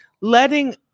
letting